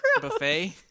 buffet